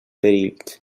perills